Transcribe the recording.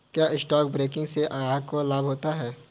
क्या stock broking से ग्राहक को लाभ होता है?